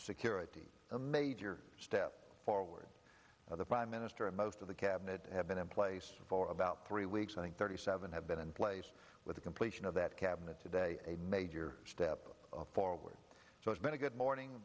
security a major step forward of the prime minister and most of the cabinet have been in place for about three weeks i think thirty seven have been in place with the completion of that cabinet today a major step forward so it's been a good morning